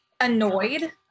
annoyed